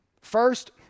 First